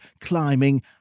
climbing